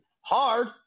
Hard